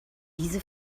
diese